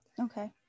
Okay